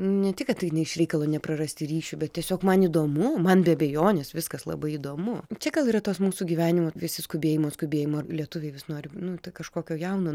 ne tik tai ne iš reikalo neprarasti ryšio bet tiesiog man įdomu man be abejonės viskas labai įdomu čia gal yra tas mūsų gyvenimo visi skubėjimo skubėjimo lietuviai vis nori nu tai kažkokio jauno